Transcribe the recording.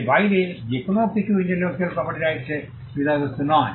এর বাইরে যে কোনও কিছুই ইন্টেলেকচুয়াল প্রপার্টির রাইটস এর বিষয়বস্তু নয়